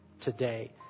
today